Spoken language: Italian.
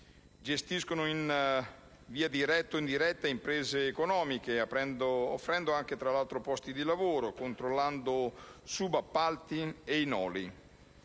gestiscono in via diretta o indiretta imprese economiche, offrendo tra l'altro anche posti di lavoro, controllando subappalti e noli.